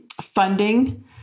funding